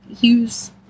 use